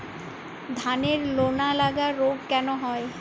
ধানের লোনা লাগা রোগ কেন হয়?